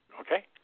okay